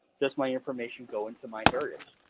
does my information go into myheritage.